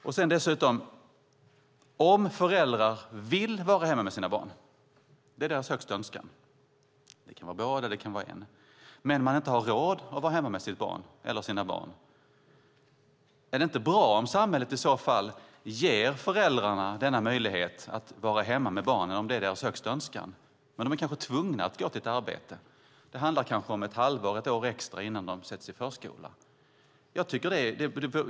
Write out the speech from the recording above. Låt oss säga att föräldrar vill vara hemma med sina barn! Det är deras högsta önskan. Det kan vara båda föräldrarna. Det kan vara en. Men de har inte råd att vara hemma med sitt barn eller sina barn. Är det inte bra om samhället ger föräldrarna denna möjlighet att vara hemma med barnen, om det är deras högsta önskan? De är kanske tvungna att gå till ett arbete. Det handlar kanske om ett halvår eller ett år extra innan barnen sätts i förskola.